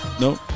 No